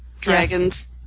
Dragons